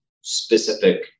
specific